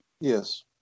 Yes